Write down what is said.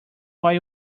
while